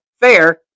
fair